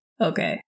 okay